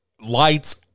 lights